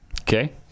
Okay